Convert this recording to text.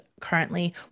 currently